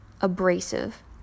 abrasive